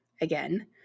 again